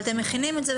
אבל אתם מכינים את זה,